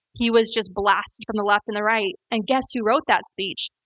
he was just blasted from the left and the right. and guess who wrote that speech?